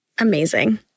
Amazing